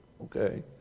okay